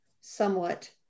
somewhat